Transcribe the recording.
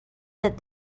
that